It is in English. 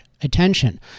attention